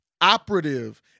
operative